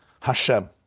Hashem